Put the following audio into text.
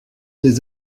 des